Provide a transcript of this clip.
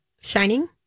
shining